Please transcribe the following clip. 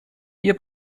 wir